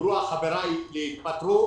דיברו חברי שהם הולכים לפטר.